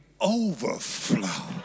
overflow